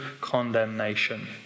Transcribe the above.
condemnation